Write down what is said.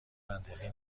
منطقی